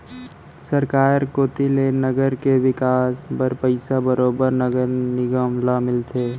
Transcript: सरकार कोती ले नगर के बिकास बर पइसा बरोबर नगर निगम ल मिलथे